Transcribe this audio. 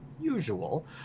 usual